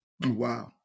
Wow